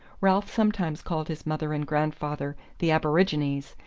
ralph sometimes called his mother and grandfather the aborigines,